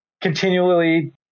continually